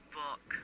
book